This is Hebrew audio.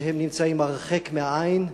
שנמצאים הרחק מהעין שלנו,